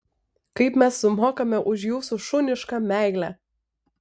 kaip mes sumokame už jūsų šunišką meilę